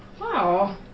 Wow